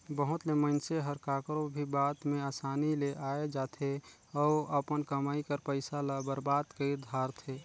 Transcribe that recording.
बहुत ले मइनसे हर काकरो भी बात में असानी ले आए जाथे अउ अपन कमई कर पइसा ल बरबाद कइर धारथे